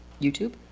YouTube